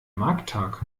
markttag